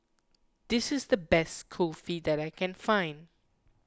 this is the best Kulfi that I can find